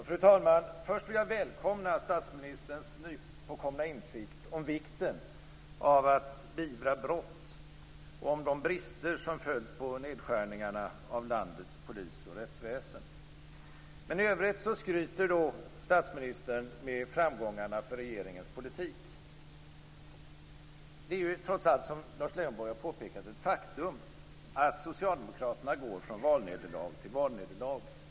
Fru talman! Först vill jag välkomna statsministerns nypåkomna insikt om vikten av att beivra brott och om de brister som följt på nedskärningarna inom landets polis och rättsväsen. I övrigt skryter statsministern om framgångarna med regeringens politik. Det är trots allt, som Lars Leijonborg har påpekat, ett faktum att Socialdemokraterna går från valnederlag till valnederlag.